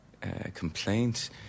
complaint